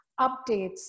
Updates